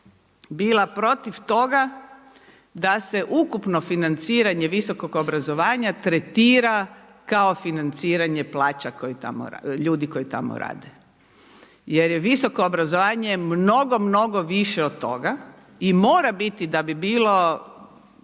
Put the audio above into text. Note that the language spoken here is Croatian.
bila protiv toga da se ukupno financiranje visokog obrazovanja tretira kao financiranje plaća ljudi koji tamo rade jer je visoko obrazovanje mnogo, mnogo više od toga i mora biti da bi bilo